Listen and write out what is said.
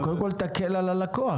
קודם כל תקל על הלקוח,